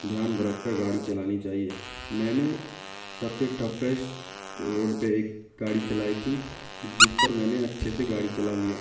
دھیان برکھ کر گاڑی چلانی چاہیے میں نے سب سے ٹفیسٹ روڈ پہ ایک گاڑی چلائی تھی جس پر میں نے اچھے سے گاڑی چلا لیا